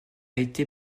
été